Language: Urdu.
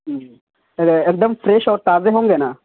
جی اور ایک دم فریش اور تازے ہوں گے نا